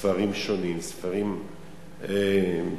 ספרים שונים, ספרים מקבילים?